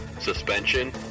suspension